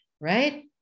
right